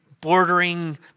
bordering